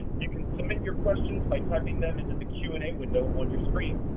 you can submit your questions by typing them into the q and a window on your screen.